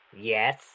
Yes